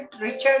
Richard